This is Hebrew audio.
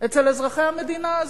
אצל אזרחי המדינה הזאת.